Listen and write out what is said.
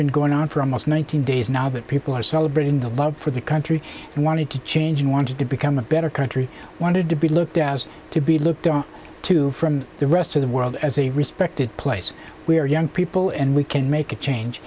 been going on for almost one thousand days now that people are celebrating the love for the country and wanted to change and wanted to become a better country wanted to be looked as to be looked to from the rest of the world as a respected place we are young people and we can make a change